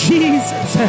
Jesus